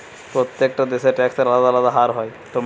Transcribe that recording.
প্রত্যেকটা দেশে ট্যাক্সের আলদা আলদা হার হয়